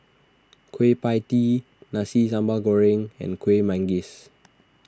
Kueh Pie Tee Nasi Sambal Goreng and Kueh Manggis